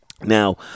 Now